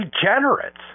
degenerates